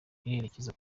irerekeza